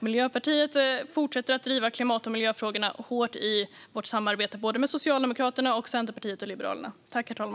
Miljöpartiet fortsätter att driva klimat och miljöfrågorna hårt i vårt samarbete både med Socialdemokraterna och med Centerpartiet och Liberalerna.